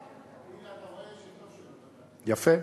והנה אתה רואה שטוב שלא נתתי, יפה.